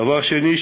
דבר שני,